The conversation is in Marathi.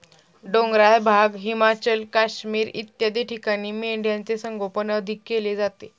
डोंगराळ भाग, हिमाचल, काश्मीर इत्यादी ठिकाणी मेंढ्यांचे संगोपन अधिक केले जाते